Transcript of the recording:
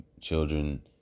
children